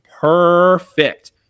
perfect